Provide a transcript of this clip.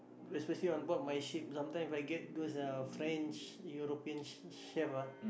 especially onboard my ship sometime if I get those uh French European ch~ chefs ah